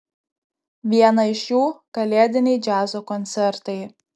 vieną iš jų kalėdiniai džiazo koncertai